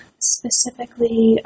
specifically